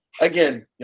again